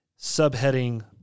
subheading